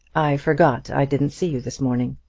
i forgot i didn't see you this morning.